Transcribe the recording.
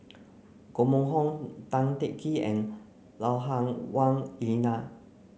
Koh Mun Hong Tan Teng Kee and Lui Hah Wah Elena